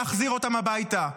להחזיר אותם הביתה.